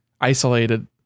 isolated